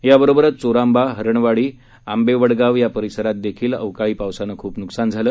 या बरोबरच चोरांबा हरणवाडी आंबेवडगांव या परिसरात देखील अवकाळी पावसानं खुप नुकसान झालं